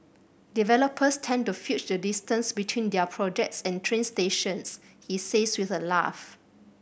developers tend to fudge the distance between their projects and train stations he says with a laugh